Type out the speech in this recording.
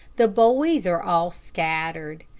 the boys are all scattered.